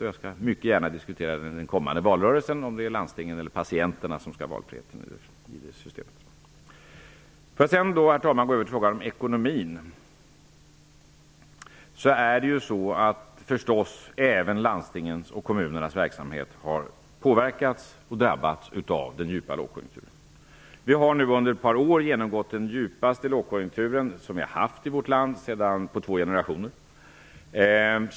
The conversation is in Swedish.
Jag diskuter också mycket gärna under den kommande valrörelsen just frågan om det är landstingen eller patienterna som skall ha valfrihet i det här systemet. Sedan skall jag, herr talman, gå över till frågan om ekonomin. Även landstingens och kommunernas verksamhet har förstås påverkats och drabbats av den djupa lågkonjunkturen. Vi har nu under ett par år genomgått den djupaste lågkonjunktur som vårt land har upplevt på två generationer.